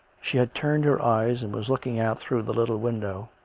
she had turned her eyes and was looking out through the little window.